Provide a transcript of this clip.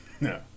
No